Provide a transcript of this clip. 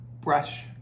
Brush